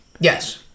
Yes